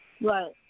Right